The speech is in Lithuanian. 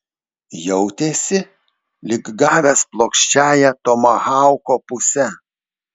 jautėsi lyg gavęs plokščiąja tomahauko puse